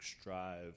strive